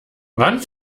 wann